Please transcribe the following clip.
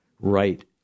Right